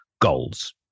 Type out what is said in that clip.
goals